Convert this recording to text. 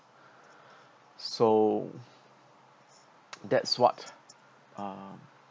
so that's what uh